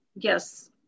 Yes